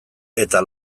eta